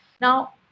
now